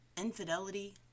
infidelity